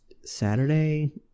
Saturday